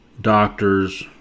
doctors